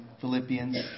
Philippians